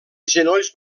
genolls